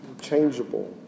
changeable